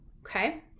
Okay